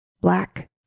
black